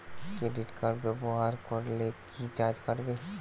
Credit card ব্যাবহার করলে কি চার্জ কাটবে?